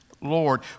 Lord